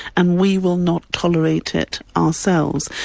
and we will not tolerate it ourselves.